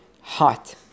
hot